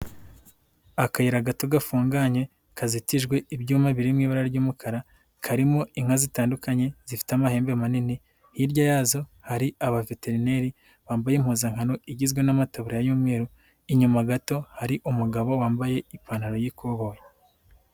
Akayira gato gafunganye, kazitijwe ibyuma biri mu ibara ry'umukara, karimo inka zitandukanye zifite amahembe manini, hirya yazo hari abaveterineri bambaye impuzankano igizwe n'amatarabura y'umweru, inyuma gato hari umugabo wambaye ipantaro y'ikoboyi.